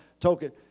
token